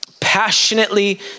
passionately